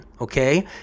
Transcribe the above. okay